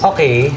Okay